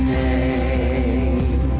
name